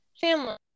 family